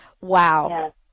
Wow